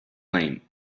name